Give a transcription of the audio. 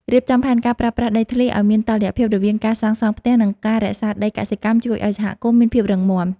រៀបចំផែនការប្រើប្រាស់ដីធ្លីឱ្យមានតុល្យភាពរវាងការសាងសង់ផ្ទះ និង ការរក្សាដីកសិកម្មជួយឱ្យសហគមន៍មានភាពរឹងមាំ។